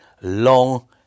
long